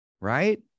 Right